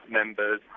members